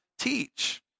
teach